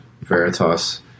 veritas